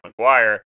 McGuire